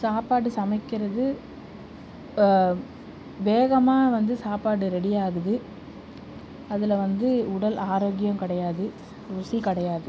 சாப்பாடு சமைக்கிறது வேகமாக வந்து சாப்பாடு ரெடி ஆகுது அதில் வந்து உடல் ஆரோக்கியம் கிடையாது ருசி கிடையாது